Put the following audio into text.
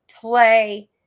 play